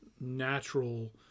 natural